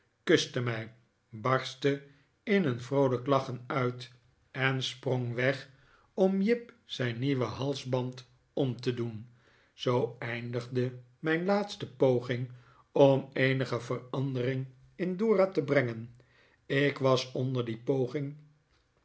kuste mij barstte in een vroolijk lachen uit en sprong weg om jip zijn nieuwen halsband om te doen zoo eindigde mijn laatste poging om eenige verandering in dora te brengen ik was onder die poging